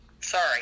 sorry